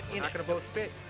not gonna both fit.